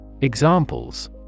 Examples